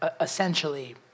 essentially